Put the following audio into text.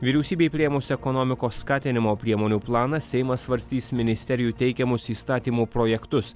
vyriausybei priėmus ekonomikos skatinimo priemonių planą seimas svarstys ministerijų teikiamus įstatymų projektus